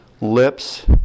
lips